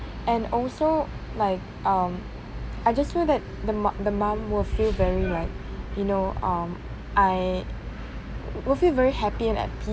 and also like um I just feel that the mom the mom will feel very like you know um I will feel very happy and at peace